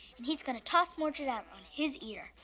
and he's gonna toss mordred out on his ear.